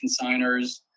consigners